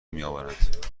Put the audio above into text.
میآورند